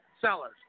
Sellers